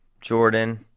Jordan